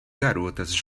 garotas